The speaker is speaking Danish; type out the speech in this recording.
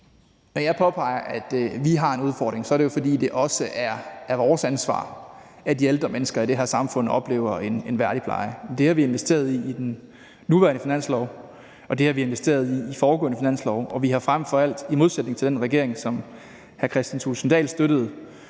Når jeg påpeger, at vi har en udfordring, er det jo, fordi det også er vores ansvar, at de ældre mennesker i det her samfund oplever en værdig pleje. Det har vi investeret i i den nuværende finanslov, og det har vi investeret i i foregående finanslove, og vi er frem for alt, i modsætning til den regering, som hr. Kristian Thulesen Dahl støttede,